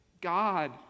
God